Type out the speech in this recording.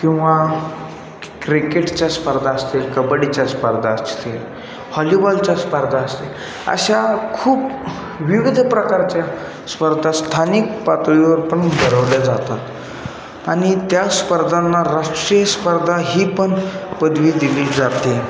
किंवा क्रिकेटच्या स्पर्धा असतील कबड्डीच्या स्पर्धा असतील हॉलीबॉलच्या स्पर्धा असतील अशा खूप विविध प्रकारच्या स्पर्धा स्थानिक पातळीवर पण भरवल्या जातात आणि त्या स्पर्धांना राष्ट्रीय स्पर्धा ही पण पदवी दिली जाते